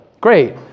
Great